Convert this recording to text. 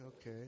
okay